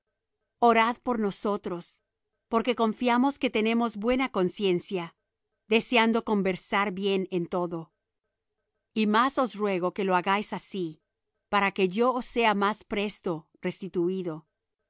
orad por nosotros porque confiamos que tenemos buena conciencia deseando conversar bien en todo y más os ruego que lo hagáis así para que yo os sea más presto restituído